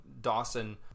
Dawson